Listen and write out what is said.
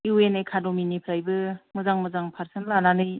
U एन एकाडेमिनिफ्रायबो मोजां मोजां पारसेन्ट लानानै